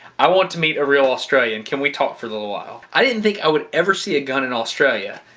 i want to meet a real australian, can we talk for a little while? i didn't think i would ever see a gun in australia.